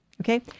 Okay